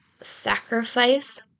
sacrifice